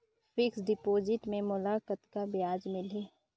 Fixed deposit मे मोला कतका ब्याज मिलही?